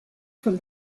from